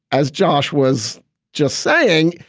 as josh was just saying,